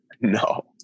No